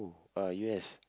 oh uh U_S